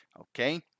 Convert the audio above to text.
okay